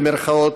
במירכאות,